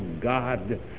God